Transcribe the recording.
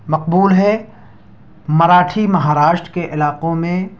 مقبول ہے مراٹھی مہاراشٹر کے علاقوں میں